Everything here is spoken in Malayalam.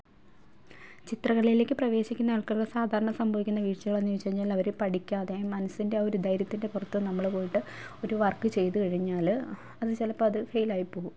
ചിത്രകലയിലേക്ക് പ്രവേശിക്കുന്ന ആൾക്കാരുടെ സാധാരണ സംഭവിക്കുന്ന വീഴ്ചകളെന്ന് ചോദിച്ചാൽ കഴിഞ്ഞാലവർ പഠിക്കാതെ മനസ്സിൻ്റെ ആ ഒരു ധൈര്യത്തിൻ്റെ പുറത്ത് നമ്മൾ പോയിട്ട് ഒരു വർക്ക് ചെയ്തുകഴിഞ്ഞാൽ അത് ചിലപ്പോൾ അത് ഫെയിലായിപ്പോകും